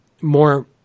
more